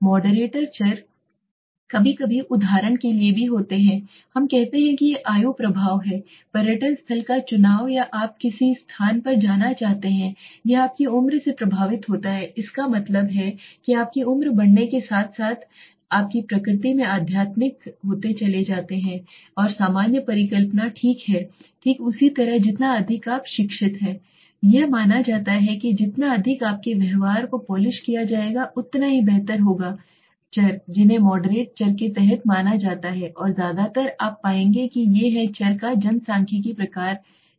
moderator चर कभी कभी उदाहरण के लिए भी होते हैं हम कहते हैं कि आयु आयु प्रभाव है पर्यटन स्थल का चुनाव या आप किस स्थान पर जाना चाहते हैं यह आपकी उम्र से प्रभावित होता है इसका मतलब है कि आपकी उम्र बढ़ने के साथ साथ आपकी उम्र बढ़ती चली जाती है प्रकृति में आध्यात्मिक हम कहते हैं कि सामान्य परिकल्पना ठीक है ठीक उसी तरह जितना अधिक आप शिक्षित हैं यह माना जाता है कि जितना अधिक आपके व्यवहार को पॉलिश किया जाएगा उतना ही बेहतर होगा चर जिन्हें मॉडरेट चर के तहत माना जाता है और ज्यादातर आप पाएंगे कि ये हैं चर का जनसांख्यिकीय प्रकार ठीक है